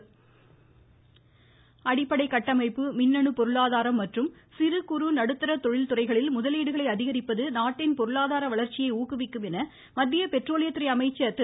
மமமமம தர்மேந்திர பிரதான் அடிப்படை கட்டமைப்பு மின்னணு பொருளாதாரம் மற்றும் சிறு குறு நடுத்தர தொழில் துறைகளில் முதலீடுகளை அதிகரிப்பது பொருளாதார வளர்ச்சியை ஊக்குவிக்கும் என மத்திய பெட்ரோலியத்துறை அமைச்சர் திரு